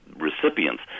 recipients